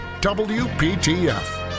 WPTF